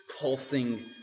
pulsing